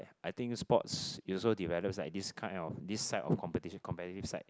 I think sports it also develops like this kind of this side of competition competitive side